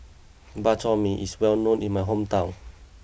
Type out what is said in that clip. Bak Chor Mee is well known in my hometown